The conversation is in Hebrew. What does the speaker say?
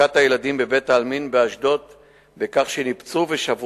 של ילדים שנפטרו ונקברו